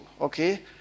Okay